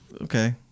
okay